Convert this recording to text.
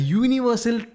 universal